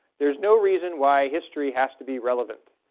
there's no reason why history has to be relevant.